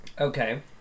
Okay